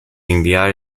inviare